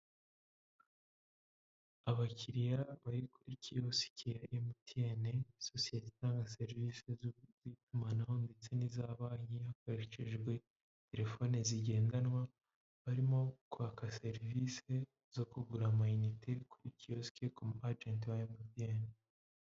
Abakiriya bari kuri kiyosike ya emutiyene, sosiyete itanga serivisi z'itumanaho ndetse n'iza banki, hakoreshejwe telefoni zigendanwa, barimo kwaka serivisi zo kugura amayinite kuri kiyosike kumu ajenti wa emutiyene.